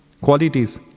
qualities